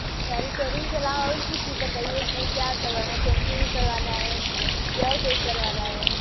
अच्छा रिपेयरिंग के अलावा और कुछ भी बताइए इस में क्या करवाना है पेंटिंग करवाना है या और कुछ करवाना है